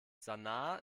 sanaa